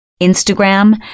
Instagram